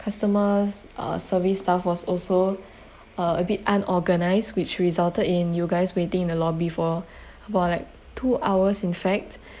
customer uh service staff was also uh a bit unorganised which resulted in you guys waiting in the lobby for about like two hours in fact